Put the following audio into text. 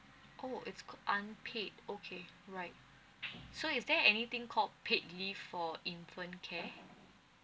oh it's called unpaid okay right so is there anything called paid leave for infant care